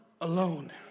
alone